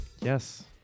Yes